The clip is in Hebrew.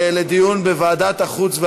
כנסת, נגד הצעת החוק,